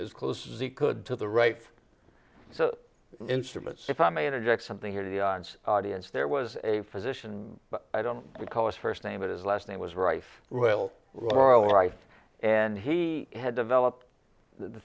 as close as he could to the right so instruments if i may interject something here to the audience there was a physician but i don't recall his first name but his last name was rife real royal rife and he had developed the